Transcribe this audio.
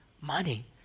Money